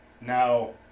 Now